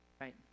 Right